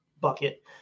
bucket